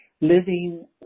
Living